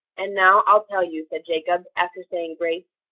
and now i'll tell you, said jacob, after saying grace,